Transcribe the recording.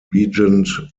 regent